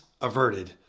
averted